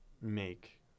make